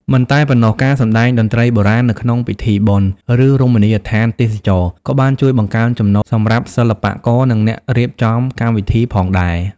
មិនតែប៉ុណ្ណោះ ការសម្តែងតន្ត្រីបុរាណនៅក្នុងពិធីបុណ្យ ឬរមណីយដ្ឋានទេសចរណ៍ ក៏បានជួយបង្កើនចំណូល សម្រាប់សិល្បករ និងអ្នករៀបចំកម្មវិធីផងដែរ។